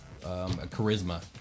charisma